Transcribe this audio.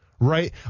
right